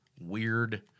weird